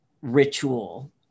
ritual